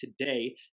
today